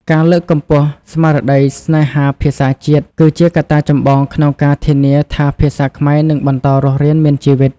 ការលើកកម្ពស់ស្មារតីស្នេហាភាសាជាតិ គឺជាកត្តាចម្បងក្នុងការធានាថាភាសាខ្មែរនឹងបន្តរស់រានមានជីវិត។